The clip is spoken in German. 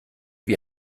wie